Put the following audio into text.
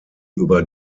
über